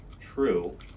true